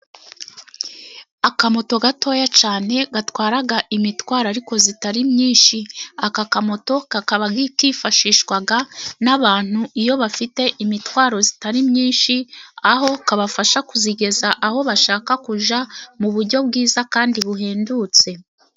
Akamoto gatoya cyane gatwara imitwaro ariko itari myinshi, aka kamoto kakaba kifashishwa n'abantu iyo bafite imitwaro itari myinshi. Aho kabafasha kuyigeza aho bashaka kujya mu buryo bwiza kandi buhendutse.